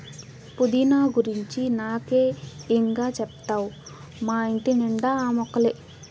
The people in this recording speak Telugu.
పుదీనా గురించి నాకే ఇం గా చెప్తావ్ మా ఇంటి నిండా ఆ మొక్కలే